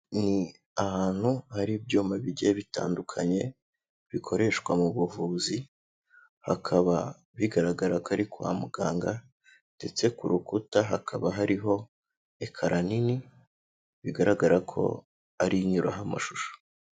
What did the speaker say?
Ni ahantu hari ibyuma bigiye bitandukanye bikoreshwa mu buvuzi, hakaba bigaragara ko ari kwa muganga ndetse ku rukuta hakaba hariho ekara nini, bigaragara ko ari yo inyuraho amashusho.